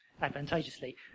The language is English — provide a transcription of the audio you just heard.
advantageously